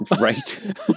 Right